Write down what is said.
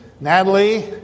Natalie